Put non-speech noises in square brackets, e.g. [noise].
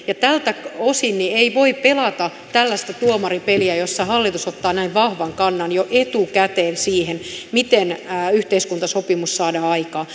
[unintelligible] ja tältä osin ei voi pelata tällaista tuomaripeliä jossa hallitus ottaa näin vahvan kannan jo etukäteen siihen miten yhteiskuntasopimus saadaan aikaan [unintelligible]